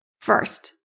First